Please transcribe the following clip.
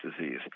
disease